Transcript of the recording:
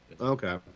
Okay